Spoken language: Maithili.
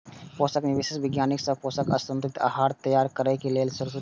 पोषण विशेषज्ञ वैज्ञानिक संग पोषक आ संतुलित आहार तैयार करै लेल सूत्र बनाबै छै